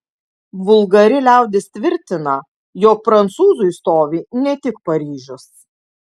vulgari liaudis tvirtina jog prancūzui stovi ne tik paryžius